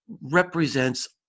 represents